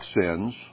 sins